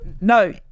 No